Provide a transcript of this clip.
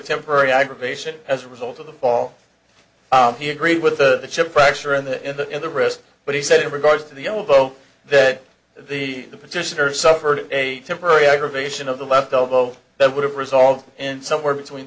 temporary aggravation as a result of the fall he agreed with the ship fracture in the in the in the wrist but he said in regards to the elbow that the petitioner suffered a temporary aggravation of the left elbow that would have resolved in somewhere between